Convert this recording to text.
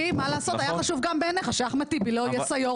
כי גם בעיניך היה חשוב שאחמד טיבי לא יהיה סגן יושב-ראש.